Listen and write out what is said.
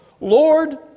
Lord